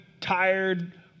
tired